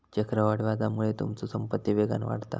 चक्रवाढ व्याजामुळे तुमचो संपत्ती वेगान वाढता